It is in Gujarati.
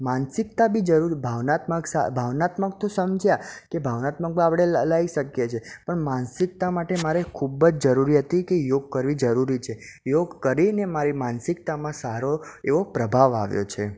માનસિકતા બી જરૂરી ભાવનાત્મક તો સમજ્યા કે ભાવનાત્મક તો આપણે લઈ શકીએ છે પણ માનસિકતા માટે મારે ખૂબ જ જરૂરી હતી કે યોગ કરવી જરૂરી છે યોગ કરીને મારી માનસિકતામાં સારો એવો પ્રભાવ આવ્યો છે